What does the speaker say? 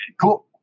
cool